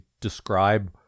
describe